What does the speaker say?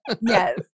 Yes